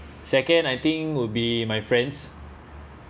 second I think would be my friends